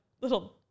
little